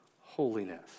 Holiness